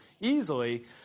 easily